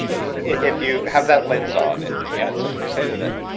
if you have that lens on and and you had something to say to them,